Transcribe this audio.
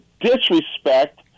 disrespect